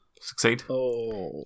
Succeed